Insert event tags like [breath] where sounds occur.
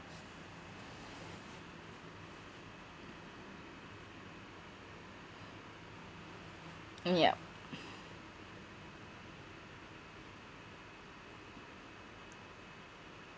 mm yup [breath]